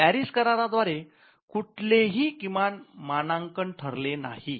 Paris करार द्वारे कुठले हि किमान मानांकन ठरले नाहीत